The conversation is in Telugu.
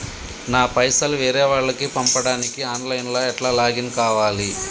నా పైసల్ వేరే వాళ్లకి పంపడానికి ఆన్ లైన్ లా ఎట్ల లాగిన్ కావాలి?